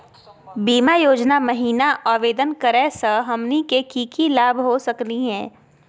बीमा योजना महिना आवेदन करै स हमनी के की की लाभ हो सकनी हे?